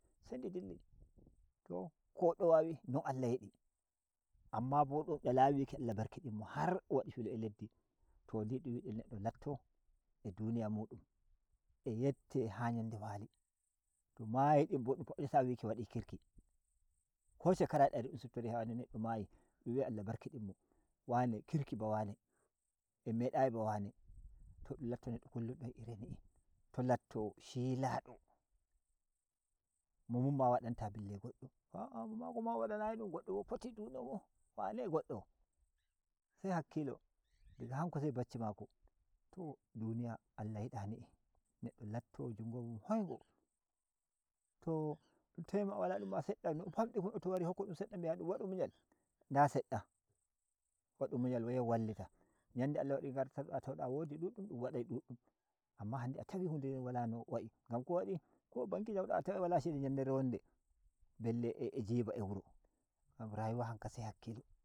Se nde dilli to ko neddo wari non Allah yi di amma bo dun dalayi wiki Allah barkidin mo har o wadi filo a leddi to ni’i dun yidi neddo latoo a duniya mudun a yette ha yande wali to mayi bo don fabbita ta yiki wa di kirki ko shekara dari dun siptori hala wane mayi dun wa ai Allah bar kidin mo kirki ba wane en me dayi ba wane to dum latto neddo kullum a iri ni to latto shilado mom un ma wadata balle goddo a’a mo mako ma mo wada nayi dum goddo bo foti du nyomo wane goddo se hakkilo diga hanko se bacci mako to duniya Allah yida ni’i neddo latto jungo mun hoi ngo to dun tawi o wale dumma tawi ma hokkan dum sedda bi’a dum wadu munyal nda sedda wadu munyal yau wallita ‘yande Allah wadi gartu da tanda wodi duddum dum wadai duddum amma hande atani hu nde den wala no wain gam ko wadi ko banki alu da a tawai wala shede yandere won de belle a jiba a wuro ngam ruyuwa hanka se hakkilo.